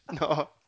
no